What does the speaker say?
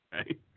okay